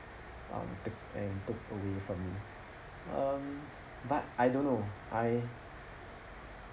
um take and took away from me um but I don't know I